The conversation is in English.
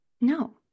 No